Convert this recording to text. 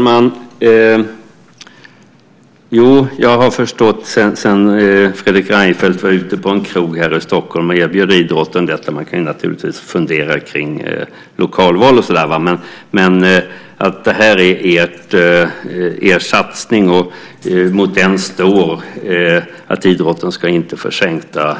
Fru talman! Jag har förstått det sedan Fredrik Reinfeldt var ute på en krog här i Stockholm och erbjöd idrotten detta. Man kan naturligtvis fundera kring lokalval, men det här är er satsning. Mot den står att idrotten inte ska få sänkta